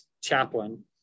chaplain